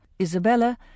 Isabella